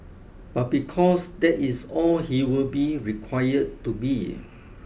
but because that it's all he will be required to be